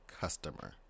customer